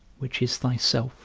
which is thyself